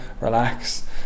relax